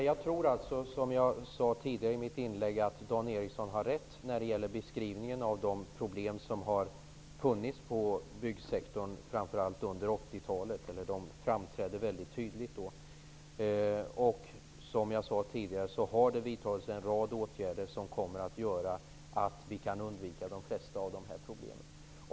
Fru talman! Jag tror, som jag tidigare sagt, att Dan Eriksson i Stockholm har rätt när det gäller beskrivningen av de problem inom byggsektorn som framträdde väldigt tydligt under 80-talet. Som jag också sagt har det vidtagits en rad åtgärder som kommer att innebära att vi kan undvika de flesta av de här problemen.